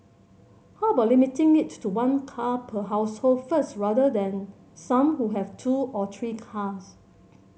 how about limiting it to one car per household first rather than some who have two or three cars